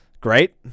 great